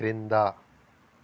క్రింద